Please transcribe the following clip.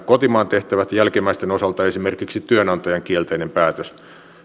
kotimaan tehtävät jälkimmäisten osalta esimerkiksi työnantajan kielteinen päätös